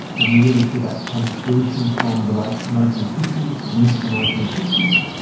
and we really see that come to fruition from the late nineteen fifty s and into the nineteen sixty s.